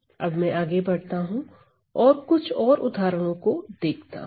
अब मैं आगे बढ़ता हूं और कुछ और उदाहरणों को देखता हूं